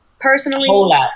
Personally